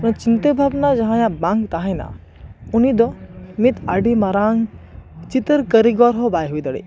ᱠᱟᱨᱚᱱ ᱪᱤᱱᱛᱟᱹ ᱵᱷᱟᱵᱱᱟ ᱡᱟᱦᱟᱭᱟᱜ ᱵᱟᱝ ᱛᱟᱦᱮᱱᱟ ᱩᱱᱤ ᱫᱚ ᱢᱤᱫ ᱟᱹᱰᱤ ᱢᱟᱨᱟᱝ ᱪᱤᱛᱟᱹᱨ ᱠᱟᱹᱨᱤᱜᱚᱨ ᱦᱚᱸ ᱵᱟᱭ ᱦᱩᱭ ᱫᱟᱲᱮᱭᱟᱜᱼᱟ